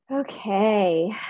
Okay